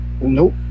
Nope